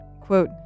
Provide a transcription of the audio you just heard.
quote